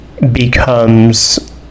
becomes